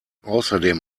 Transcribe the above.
außerdem